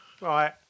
Right